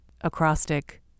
acrostic